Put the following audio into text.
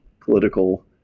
political